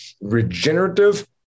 regenerative